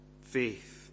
Faith